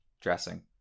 dressing